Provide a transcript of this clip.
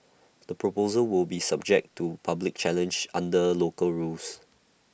the proposal will be subject to public challenge under local rules